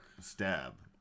stab